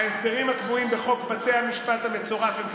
ההסדרים הקבועים בחוק בתי המשפט המצורף הם,